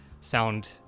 sound